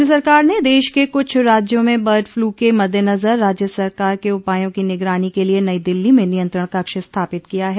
केन्द्र सरकार ने देश के कुछ राज्यों में बर्डफ्लू के मद्देनजर राज्य सरकार के उपाया की निगरानी के लिए नई दिल्ली में नियंत्रण कक्ष स्थापित किया है